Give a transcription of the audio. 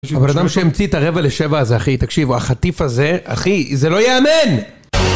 אבל אדם שהמציא את הרבע לשבע הזה, אחי, תקשיבו, החטיף הזה, אחי, זה לא ייאמן!